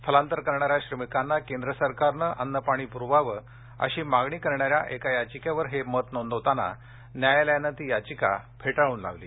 स्थलांतर करणाऱ्या श्रमिकांना केंद्र सरकारनं अन्नपाणी पुरवावं अशी मागणी करणाऱ्या एका याचिकेवर हे मत नोंदवताना न्यायालयानं ती याचिका फेटाळून लावली